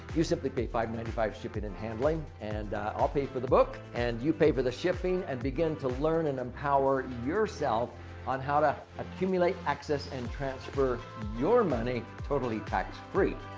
you simply pay five point nine five shipping and handling and i'll pay for the book. and you pay for the shipping and begin to learn and empower yourself on how to accumulate access and transfer your money totally tax-free.